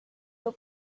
your